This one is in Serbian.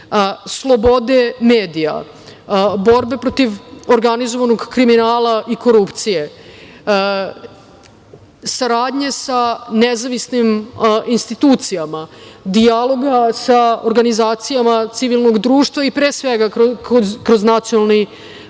slobode medija, borbe protiv organizovanog kriminala i korupcije, saradnje sa nezavisnim institucijama, dijaloga sa organizacijama civilnog društva i pre svega kroz Nacionalni